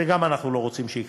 גם זה אנחנו לא רוצים שיקרה.